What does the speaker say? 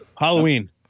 Halloween